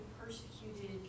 persecuted